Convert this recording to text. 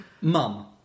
Mum